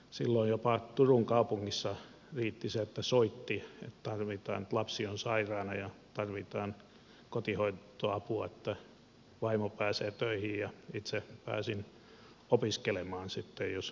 silloin jopa turun kaupungissa riitti se että soitti että lapsi on sairaana ja tarvitaan kotiapua että vaimo pääsee töihin ja itse pääsin opiskelemaan sitten jos tarvitsi